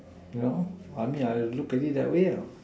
well I mean I look at it that way